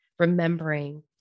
remembering